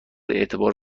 اعتبار